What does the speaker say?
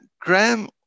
Graham